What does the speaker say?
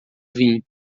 vim